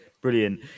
Brilliant